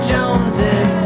Joneses